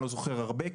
אני לא זוכר הרבה,